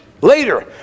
later